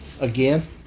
Again